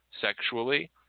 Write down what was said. sexually